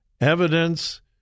evidence